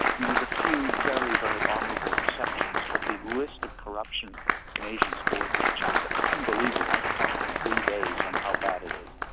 there's a few very, very honourable exceptions, but the list of corruption in asian sport is just unbelievable. i can talk for three days on how bad it is.